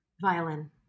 violin